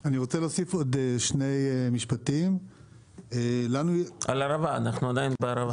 אני רוצה להוסיף עוד שני משפטים --- אנחנו עדיין בערבה.